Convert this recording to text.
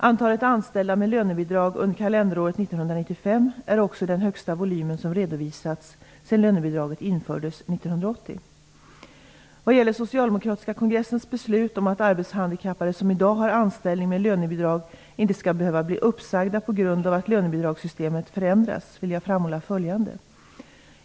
Antalet anställda med lönebidrag under kalenderåret 1995 är också den högsta volym som redovisats sedan lönebidraget infördes 1980. Vad gäller den socialdemokratiska kongressens beslut att arbetshandikappade som i dag har anställning med lönebidrag inte skall behöva bli uppsagda på grund av att lönebidragssystemet förändras vill jag framhålla följande.